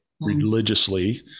religiously